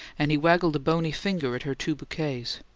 and he waggled a bony finger at her two bouquets.